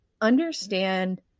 understand